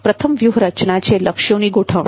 પ્રથમ વ્યુહરચના છે લક્ષ્યોની ગોઠવણી